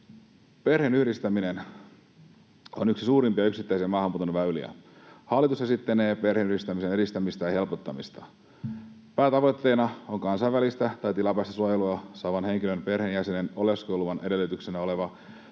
Perheenyhdistäminen on yksi suurimpia yksittäisiä maahanmuuton väyliä. Hallitus esittänee perheenyhdistämisen edistämistä ja helpottamista. Päätavoitteena on kansainvälistä tai tilapäistä suojelua saavan henkilön perheenjäsenen oleskeluluvan edellytyksenä olevan